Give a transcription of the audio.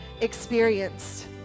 experienced